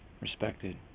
respected